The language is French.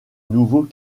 nouveau